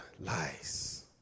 lies